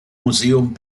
museum